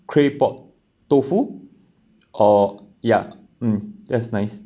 claypot 豆腐 or ya mm that's nice